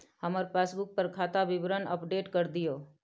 हमर पासबुक पर खाता विवरण अपडेट कर दियो